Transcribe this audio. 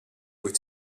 wyt